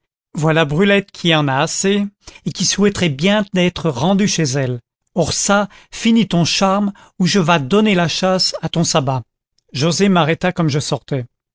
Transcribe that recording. voilà brulette qui en a assez et qui souhaiterait bien d'être rendue chez elle or ça finis ton charme ou je vas donner la chasse à ton sabbat joset m'arrêta comme je sortais